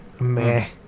Meh